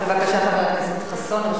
בבקשה, חבר הכנסת יואל חסון.